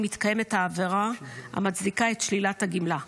מתקיימת העבירה המצדיקה את שלילת הגמלה .